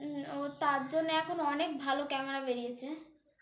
ও তার জন্য এখন অনেক ভালো ক্যামেরা বেরিয়েছে